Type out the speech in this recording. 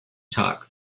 tag